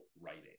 writing